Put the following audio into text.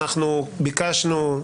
ביקשנו,